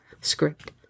script